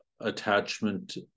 attachment